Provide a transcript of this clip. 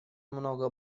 много